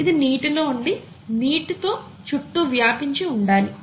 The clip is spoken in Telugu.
ఇది నీటిలో ఉండి నీటి తో చుట్టూ వ్యాపించి ఉండాలి